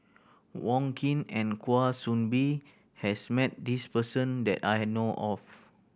Wong Keen and Kwa Soon Bee has met this person that I know of